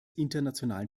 internationalen